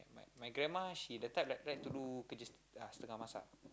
my grandma she the type that like to do kerja setengah masak